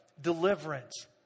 deliverance